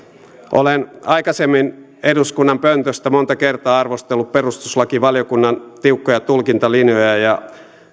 olen aikaisemmin eduskunnan pöntöstä monta kertaa arvostellut perustuslakivaliokunnan tiukkoja tulkintalinjoja ja